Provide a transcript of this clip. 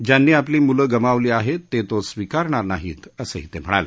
ज्यांनी आपली मुलं गमावली आहेत ते तो स्वीकारणार नाहीत असंही ते म्हणाले